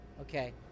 Okay